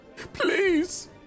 Please